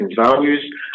values